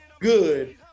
good